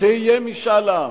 שיהיה משאל עם.